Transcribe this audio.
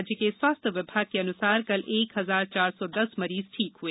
राज्य के स्वास्थ्य विभाग के अनुसार कल एक हजार चार सौ दस मरीज ठीक हुए